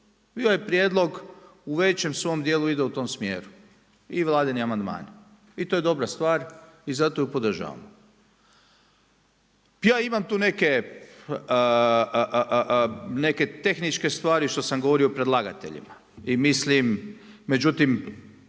Bio je prijedlog, u većem svom dijelu ide u tom smjeru i Vladini amandmani. I to je dobra stvar i zato je podržavamo. Ja imam tu neke tehničke stvari što sam govorio predlagateljima i mislim, međutim